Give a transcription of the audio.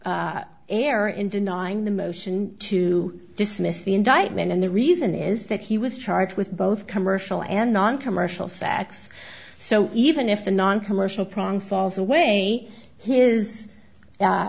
err in denying the motion to dismiss the indictment and the reason is that he was charged with both commercial and noncommercial facts so even if the noncommercial pronk falls away his